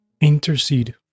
intercede